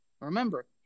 Remember